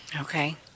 okay